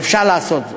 ואפשר לעשות זאת.